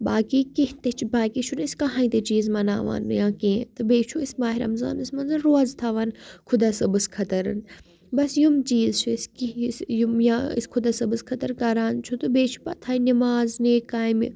باقی کینٛہہ تہِ چھِ باقی چھُنہٕ اَسہِ کٕہٕنۍ تہِ چیٖز مَناوان یا کینٛہہ تہٕ بیٚیہِ چھُ أسۍ ماہِ رمضانَس منٛزَن روزٕ تھاوان خۄدا صٲبَس خٲطرٕ بَس یِم چیٖز چھِ أسۍ کینٛہہ یُس یِم یا أسۍ خۄدا صٲبَس خٲطرٕ کَران چھُ تہٕ بیٚیہِ چھُ پَتہٕ ہَے نِماز نیک کامہِ